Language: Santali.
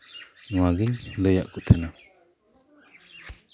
ᱱᱚᱣᱟᱜᱤᱧ ᱞᱟᱹᱭᱟᱫ ᱠᱚ ᱛᱟᱸᱦᱮᱱᱟ